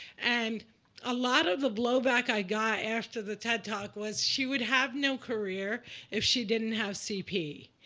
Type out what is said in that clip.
and a lot of the blowback i got after the ted talk was, she would have no career if she didn't have cp.